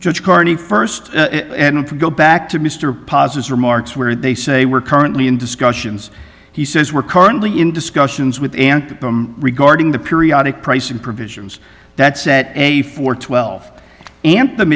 judge carney first go back to mr pass remarks where they say we're currently in discussions he says we're currently in discussions with them regarding the periodic pricing provisions that set a four twelve anthem